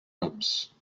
rams